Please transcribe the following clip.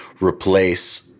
replace